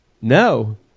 no